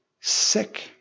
sick